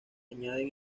añaden